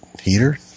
Heater